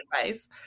advice